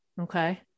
Okay